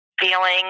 feeling